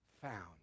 found